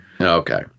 okay